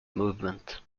movement